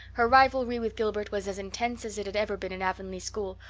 her rivalry with gilbert was as intense as it had ever been in avonlea school,